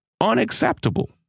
unacceptable